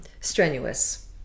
strenuous